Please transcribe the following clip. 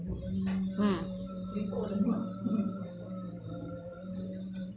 mm